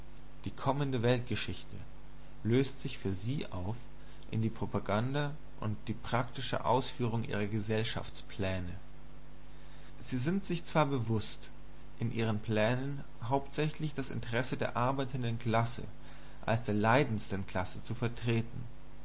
die kommende weltgeschichte löst sich für sie auf in die propaganda und die praktische ausführung ihrer gesellschaftspläne sie sind sich zwar bewußt in ihren plänen hauptsächlich das interesse der arbeitenden klasse als der leidendsten klasse zu vertreten